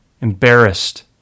embarrassed